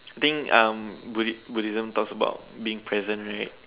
I think um buddi~ Buddhism talks about being present right